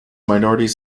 minorities